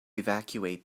evacuate